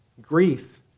Grief